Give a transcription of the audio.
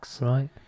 Right